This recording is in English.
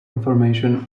information